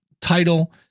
title